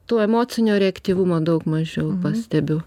to emocinio reaktyvumo daug mažiau pastebiu